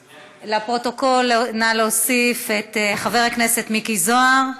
לפרוטוקול, נא להוסיף את חבר הכנסת מיקי זוהר.